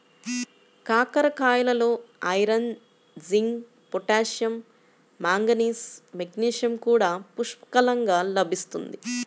కాకరకాయలలో iron, zinc, potassium, manganese, magnesium కూడా పుష్కలంగా లభిస్తుంది